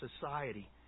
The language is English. society